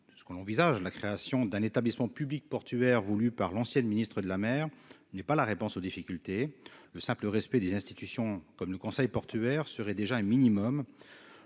ce qu'on l'envisage la création d'un établissement public portuaire voulue par l'ancienne ministre de la mer n'est pas la réponse aux difficultés, le simple respect des institutions comme le Conseil portuaire serait déjà un minimum